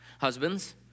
Husbands